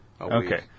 Okay